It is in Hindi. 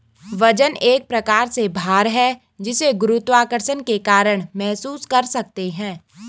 वजन एक प्रकार से भार है जिसे गुरुत्वाकर्षण के कारण महसूस कर सकते है